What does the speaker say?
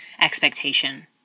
expectation